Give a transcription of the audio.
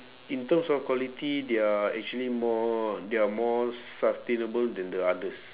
in terms of quality they are actually more they are more sustainable than the others